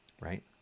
right